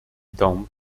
dąb